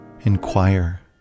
inquire